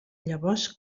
llavors